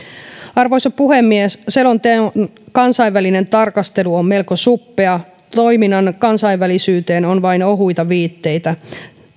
arvoisa puhemies selonteon kansainvälinen tarkastelu on melko suppea toiminnan kansainvälisyyteen on vain ohuita viitteitä